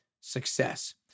success